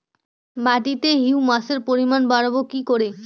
মাটিতে হিউমাসের পরিমাণ বারবো কি করে?